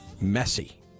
messy